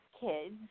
kids